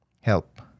help